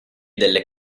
delle